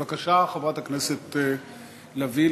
בבקשה, חברת הכנסת לביא.